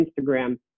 Instagram